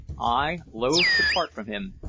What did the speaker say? i loth to part from him,